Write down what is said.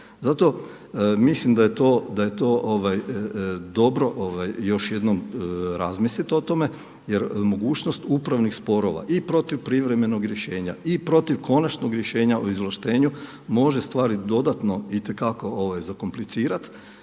Zato mislim da je to dobro još jednom razmisliti o tome jer mogućnost upravnih sporova i protiv privremenog rješenja i protiv konačnog rješenja o izvlaštenju može stvari dodatno itekako zakomplicirati.